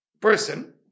person